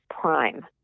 prime